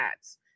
ads